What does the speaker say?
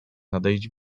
nadejść